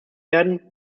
werden